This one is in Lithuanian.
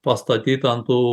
pastatyta an tų